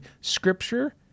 Scripture